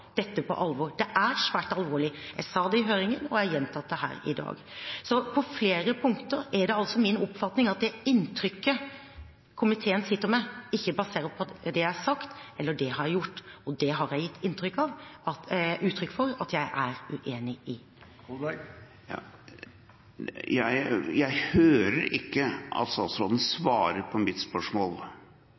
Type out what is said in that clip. dette på alvor. Det er svært alvorlig. Jeg sa det i høringen, og jeg har gjentatt det her i dag. På flere punkter er det altså min oppfatning at det inntrykket komiteen sitter med, ikke baserer seg på det jeg har sagt, eller det jeg har gjort. Det har jeg gitt uttrykk for at jeg er uenig i. Jeg hører ikke at statsråden svarer på mitt spørsmål.